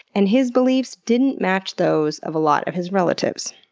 and his beliefs didn't match those of a lot of his relatives.